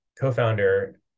co-founder